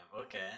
Okay